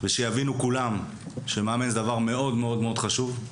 שיבינו כולם שמאמן זה דבר מאוד מאוד חשוב.